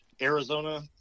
Arizona